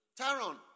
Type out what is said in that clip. Taron